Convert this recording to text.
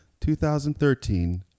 2013